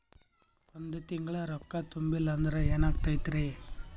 ಒಂದ ತಿಂಗಳ ರೊಕ್ಕ ತುಂಬಿಲ್ಲ ಅಂದ್ರ ಎನಾಗತೈತ್ರಿ?